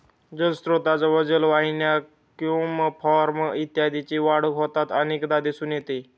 जलस्त्रोतांजवळ जलवाहिन्या, क्युम्पॉर्ब इत्यादींची वाढ होताना अनेकदा दिसून येते